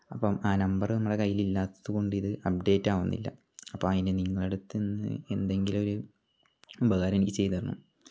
അപ്പം ആ നമ്പറ് നമ്മുടെ കൈയിൽ ഇല്ലാത്തത് കൊണ്ട് ഇത് അപ്ഡേറ്റ് ആവുന്നില്ല അപ്പം അതിന് നിങ്ങളെ അടുത്ത് നിന്ന് എന്തെങ്കിലും ഒരു ഉപകാരം എനിക്ക് ചെയ്തു തരണം